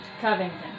Covington